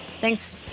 Thanks